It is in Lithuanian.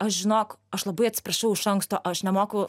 aš žinok aš labai atsiprašau iš anksto aš nemoku